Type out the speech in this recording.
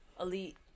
elite